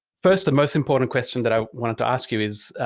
first and most important question that i wanted to ask you is,